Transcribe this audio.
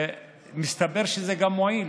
ומסתבר שזה גם מועיל